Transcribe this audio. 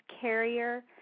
Carrier